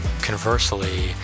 Conversely